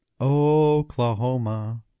Oklahoma